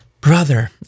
brother